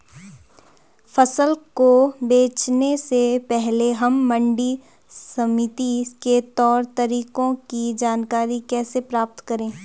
फसल को बेचने से पहले हम मंडी समिति के तौर तरीकों की जानकारी कैसे प्राप्त करें?